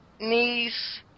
knees